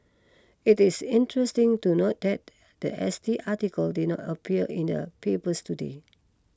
it is interesting to note that the S T article did not appear in the papers today